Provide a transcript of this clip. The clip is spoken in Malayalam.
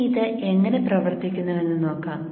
ഇനി ഇത് എങ്ങനെ പ്രവർത്തിക്കുന്നുവെന്ന് നോക്കാം